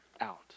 out